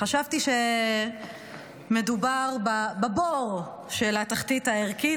חשבתי שמדובר בבור של התחתית הערכית,